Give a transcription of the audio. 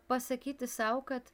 pasakyti sau kad